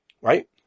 Right